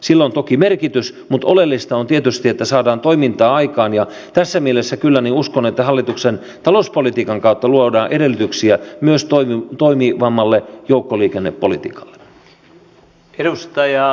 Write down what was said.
sillä on toki merkitys mutta oleellista on tietysti että saadaan toimintaa aikaan ja tässä mielessä kyllä uskon että hallituksen talouspolitiikan kautta luodaan edellytyksiä myös toimivammalle joukkoliikennepolitiikalle